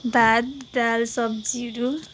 भात दाल सब्जीहरू